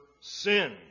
sin